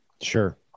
Sure